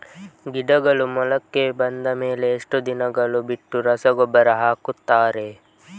ಗಿಡಗಳು ಮೊಳಕೆ ಬಂದ ಮೇಲೆ ಎಷ್ಟು ದಿನಗಳು ಬಿಟ್ಟು ರಸಗೊಬ್ಬರ ಹಾಕುತ್ತಾರೆ?